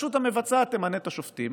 הרשות המבצעת תמנה את השופטים,